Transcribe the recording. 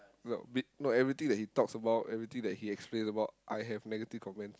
no b~ no everything that he talks about everything that he explain about I have negative comment